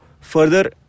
further